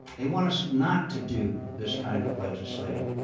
they want us not to do this kind of legislating.